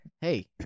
hey